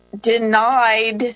denied